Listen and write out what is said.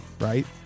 right